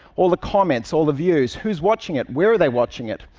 all the comments, all the views, who's watching it, where are they watching it,